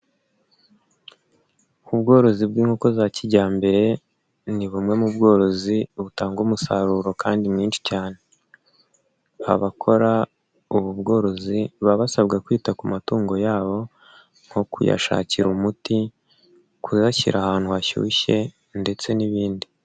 Ubworozi bw'inkoko za kijyambere ni bumwe mu bworozi butanga umusaruro kandi mwinshi cyane, abakora ubu bworozi baba basabwa kwita ku matungo yabo nko kuyashakira umuti, kuyashyira ahantu hashyushye ndetse n'ibindi.